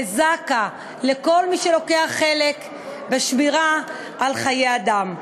לזק"א, לכל מי שלוקח חלק בשמירה על חיי אדם.